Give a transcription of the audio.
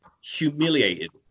humiliated